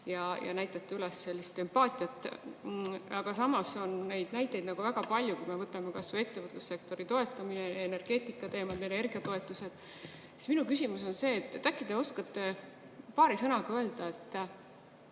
ja näitate üles sellist empaatiat. Aga samas on neid näiteid nagu väga palju: võtame kas või ettevõtlussektori toetamise, energeetikateemad, energiatoetused. Minu küsimus on see. Äkki te oskate paari sõnaga öelda – et